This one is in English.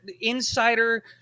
insider